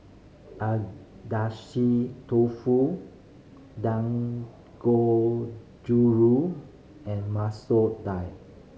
Dofu Dangozuru and Masoor Dal